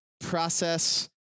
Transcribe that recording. process